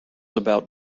about